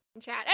Chat